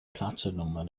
platinum